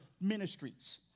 ministries